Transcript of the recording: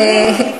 יש דבר כזה לשאוב,